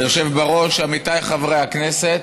היושב בראש, עמיתיי חברי הכנסת,